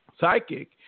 Psychic